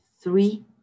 three